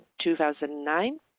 2009